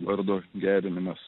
vardo gerinimas